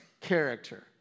character